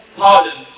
pardon